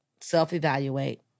Self-evaluate